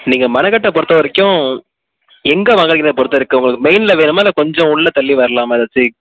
நீங்கள் மனக்கட்டை பொறுத்த வரைக்கும் எங்கள் வகையில் பொறுத்த வரைக்கும் மெயினில் வேணுமா இல்லை கொஞ்சம் உள்ளே தள்ளி வரலாமா எதாச்சு